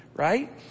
Right